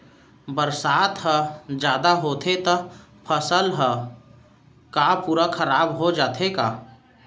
बरसात ह जादा होथे त फसल ह का पूरा खराब हो जाथे का?